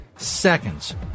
Seconds